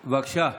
בבקשה.